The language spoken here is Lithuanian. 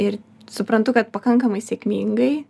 ir suprantu kad pakankamai sėkmingai